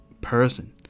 person